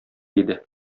иде